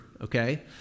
okay